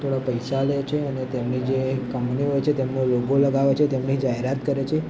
થોડા પૈસા લે છે અને તેમની જે કંપની હોય છે તેમનો લોગો લગાવે છે તેમની જાહેરાત કરે છે